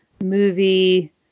movie